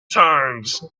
times